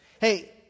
Hey